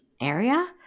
area